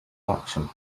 reaction